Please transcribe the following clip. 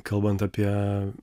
kalbant apie